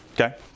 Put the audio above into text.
Okay